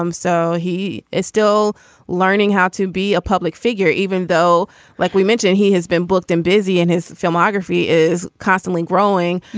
um so he is still learning how to be a public figure even though like we mentioned he has been booked and busy in his filmography is constantly growing.